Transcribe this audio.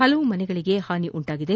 ಪಲವು ಮನೆಗಳಿಗೆ ಪಾನಿ ಉಂಟಾಗಿದೆ